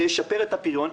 זה ישפר את פריון,